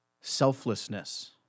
Selflessness